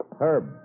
Herb